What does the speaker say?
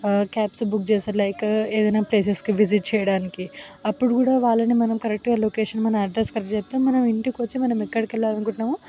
cabs book చేస్తారు like ఏదైనా ప్లేసెస్కి విజిట్ చేయడానికి అప్పుడు కూడా వాళ్ళని మనం కరెక్ట్గా లొకేషన్ మన అడ్రస్ కరెక్ట్గా చెప్తే మన ఇంటికి వచ్చి మనం ఎక్కడికి వెళ్ళాలి అనుకుంటున్నామో